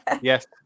Yes